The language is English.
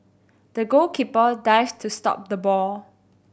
the goalkeeper dived to stop the ball